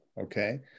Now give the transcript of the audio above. okay